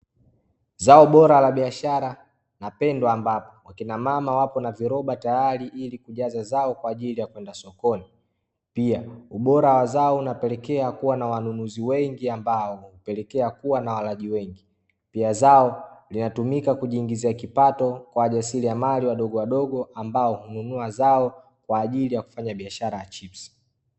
Zao bora la biashara na pendwa ambapo akina mama wapo na viroba tayari ili kujaza zao kwa ajili ya kwenda sokoni pia ubora wa zao unapelekea kuwa na wanunuzi wengi ambao hupelekea kuwa na walaji wengi pia zao linatumika kujiingizia kipato kwa wajasiriamali wadogo wadogo ambao hununua zao kwa ajili ya kufanya biashara ya chipsi.